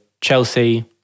Chelsea